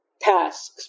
tasks